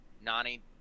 Nani